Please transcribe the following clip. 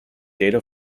data